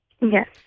Yes